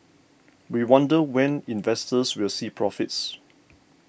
we wonder when investors will see profits